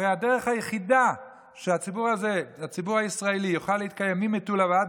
הרי הדרך היחידה שהציבור הישראלי יוכל להתקיים ממטולה עד